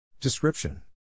Description